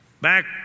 Back